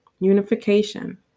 Unification